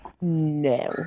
No